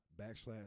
backslash